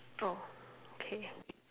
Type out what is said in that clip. oh okay